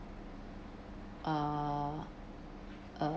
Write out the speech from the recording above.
uh